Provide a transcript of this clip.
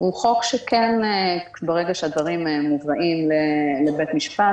ברגע שהדברים מובאים לבית משפט,